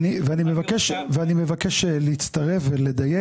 מבקש להצטרף ולדייק.